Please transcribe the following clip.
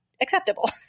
acceptable